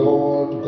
Lord